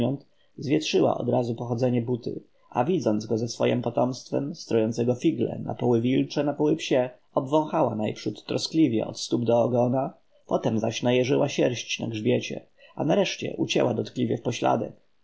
zwietrzyła odrazu pochodzenie buty a widząc go ze swojem potomstwem strojącego figle na poły wilcze na poły psie obwąchała najprzód troskliwie od stóp do ogona potem zaś najeżyła sierść na grzbiecie a nareszcie ucięła dotkliwie w pośladek